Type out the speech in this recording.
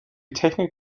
technik